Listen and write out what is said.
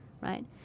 right